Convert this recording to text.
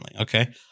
Okay